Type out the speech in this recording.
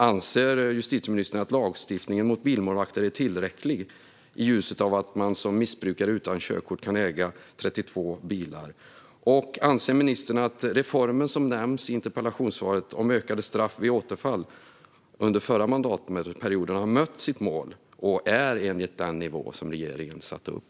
Anser justitieministern att lagstiftningen mot bilmålvakter är tillräcklig i ljuset av att man som missbrukare utan körkort kan äga 32 bilar? Och anser ministern att den reform under förra mandatperioden som nämns i interpellationssvaret om ökade straff vid återfall har nått sitt mål och är enligt den nivå som regeringen satte upp?